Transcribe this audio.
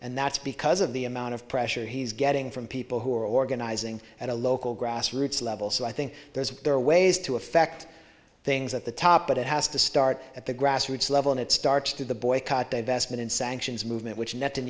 and that's because of the amount of pressure he's getting from people who are organizing at a local grassroots level so i think there's there are ways to affect things at the top but it has to start at the grassroots level and it starts to the boycott divestment and sanctions movement which n